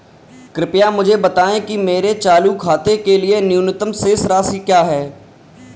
कृपया मुझे बताएं कि मेरे चालू खाते के लिए न्यूनतम शेष राशि क्या है?